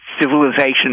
civilization